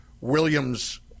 Williams